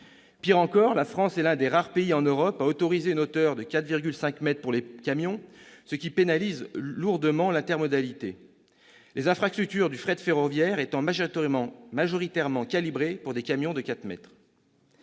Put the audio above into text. Pis encore, la France est l'un des rares pays en Europe à autoriser une hauteur de 4,5 mètres pour les camions, ce qui pénalise lourdement l'intermodalité, les infrastructures du fret ferroviaire étant majoritairement calibrées pour des camions de 4 mètres.